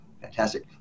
Fantastic